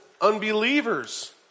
Unbelievers